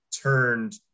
turned